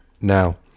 now